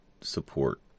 support